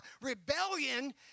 rebellion